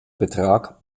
betrag